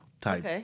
type